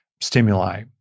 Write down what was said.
stimuli